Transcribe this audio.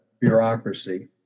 bureaucracy